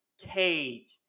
cage